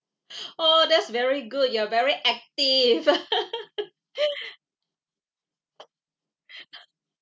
oh that's very good you are very active